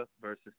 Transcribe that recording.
versus